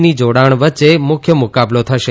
ની જોડાણ વચ્ચે મુખ્ય મુકાબલો થશે